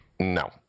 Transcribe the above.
No